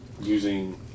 Using